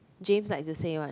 James like to say [one]